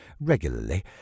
regularly